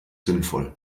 sinnvoll